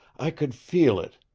i could feel it.